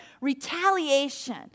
Retaliation